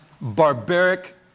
barbaric